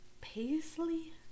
Paisley